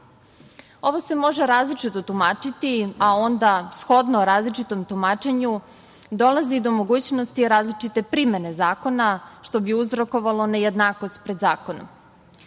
se može različito tumačiti, a onda shodno različitom tumačenju dolazi do mogućnosti različite primene zakona, što bi uzrokovalo nejednakost pred zakonom. Predlog